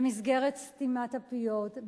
במסגרת סתימת הפיות,